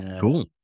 Cool